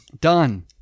Done